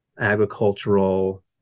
agricultural